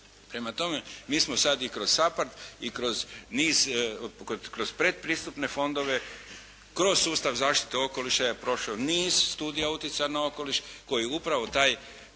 Prema tome, mi smo sad i kroz SAPARD i kroz niz, kroz predpristupne fondove, kroz sustav zaštite okoliša je prošao niz studija utjecaja na okoliš koji upravo tu